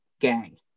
gang